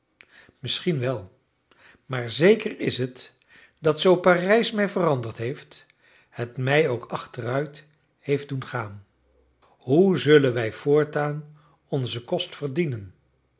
misschien wel maar zeker is het dat zoo parijs mij veranderd heeft het mij ook achteruit heeft doen gaan hoe zullen wij voortaan onzen kost verdienen